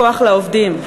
"כוח לעובדים",